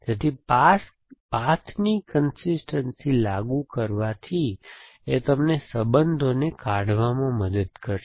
તેથી પાથની કન્સિસ્ટનસી લાગુ કરવાથી એ તમને સંબંધોને કાઢવામાં મદદ કરશે